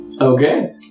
Okay